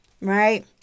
right